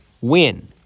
Win